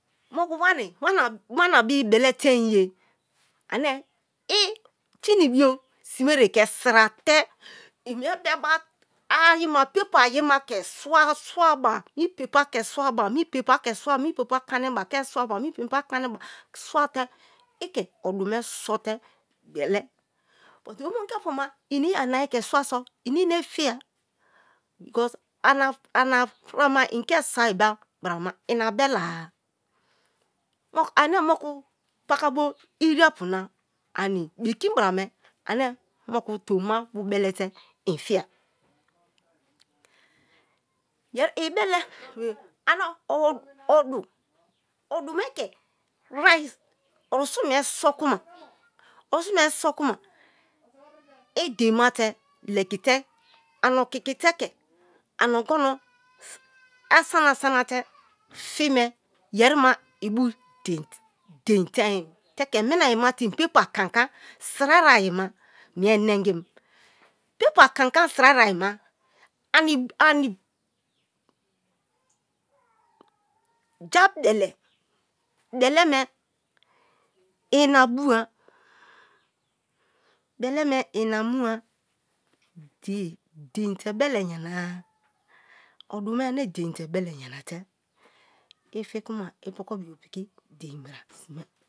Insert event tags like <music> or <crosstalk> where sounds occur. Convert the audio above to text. Moku wani wana bii beletein ye the i finebio sineye ke sirate i nue bebe ayi ma paper ayi ma ke swa swaba, mi paper ke swaba, mi paper ke swaba, mi paper kaniba ke swaba, mi paper kaniba swate i ke odu me so te bele. But omongiapu ma i ana ye me ke swa so i ine fiya because <unintelligible> inke soi be brame ina belara <unintelligible> ane meku pakabo iria pu na ani bekin bra me ane moku tomima belele i fiye, yeri belero <noise> ane <hesitation> odu, odume ke rice, arusun me so kuma <noise> i deinma te legit ani okikite ke ani ongono <noise> asana-sana te fi me yeri ma ibu dein teim te ke mina ayi ma te i paper kanka sira i ayi ma mie nengim paper kanka sira ayi na ani ja bele, beleme i na bua, beleme ina mua dein, deinte bele yana-a odu me ane deinte bele yanate i fi kuma i pokobio piki dein bra sima.